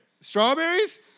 strawberries